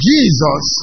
Jesus